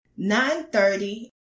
9.30